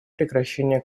прекращение